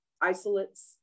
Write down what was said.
isolates